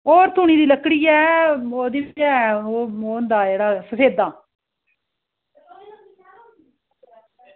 होर तुन्न दी लकड़ी ऐ होर ओह् होंदा सफेदा